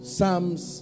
Psalms